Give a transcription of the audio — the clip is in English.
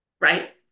right